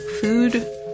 food